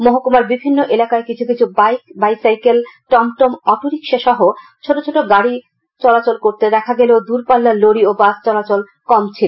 মহকুমার বিভিন্ন এলাকায কিছু কিছু বাইক বাইসাইকেল টমটম অটোরিকশা সহ ছোট ছোট গাড়ি গুলো চলাচল করতে দেখা গেলেও দূরপাল্লার লরি এবং বাস চলাচল কম ছিল